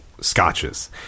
scotches